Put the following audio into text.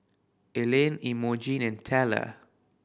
Ilene Emogene and Tella